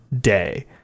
day